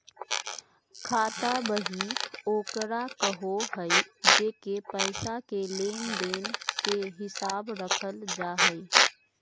खाता बही ओकरा कहो हइ जेसे पैसा के लेन देन के हिसाब रखल जा हइ